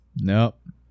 Nope